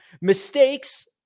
Mistakes